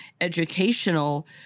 educational